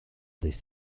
this